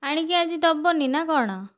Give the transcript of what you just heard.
ଆଣିକି ଆଜି ଦେବନି ନା କ'ଣ